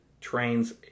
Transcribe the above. trains